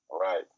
Right